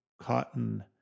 cotton